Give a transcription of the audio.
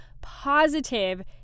positive